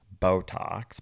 Botox